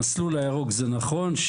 במסלול הירוק זה נכון,